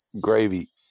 Gravy